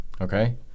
Okay